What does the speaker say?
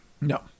No